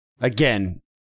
Again